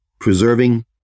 preserving